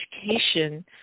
education